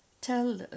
tell